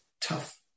tough